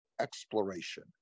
exploration